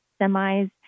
semis